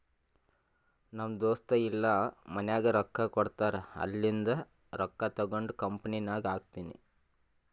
ನಮ್ ದೋಸ್ತ ಇಲ್ಲಾ ಮನ್ಯಾಗ್ ರೊಕ್ಕಾ ಕೊಡ್ತಾರ್ ಅಲ್ಲಿಂದೆ ರೊಕ್ಕಾ ತಗೊಂಡ್ ಕಂಪನಿನಾಗ್ ಹಾಕ್ತೀನಿ